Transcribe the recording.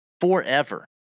Forever